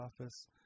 office